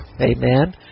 Amen